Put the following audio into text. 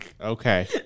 Okay